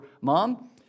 mom